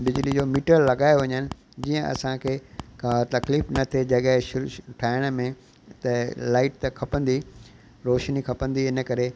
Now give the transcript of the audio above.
बिजली जो मीटर लॻाए वञनि जीअं असांखे का तकलीफ़ न थिए जॻह शुरू शुरू ठाहिण में त लाइट त खपंदी रोशनी खपंदी इन करे